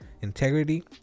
integrity